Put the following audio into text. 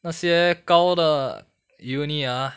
那些高的 uni ah